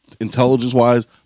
intelligence-wise